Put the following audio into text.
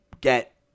get